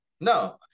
No